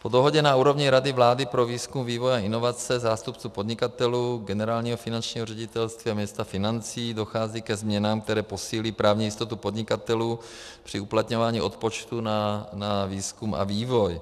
Po dohodě na úrovni Rady vlády pro výzkum, vývoj a inovace, zástupců podnikatelů, Generálního finančního ředitelství a Ministerstva financí dochází ke změnám, které posílí právní jistotu podnikatelů při uplatňování odpočtů na výzkum a vývoj.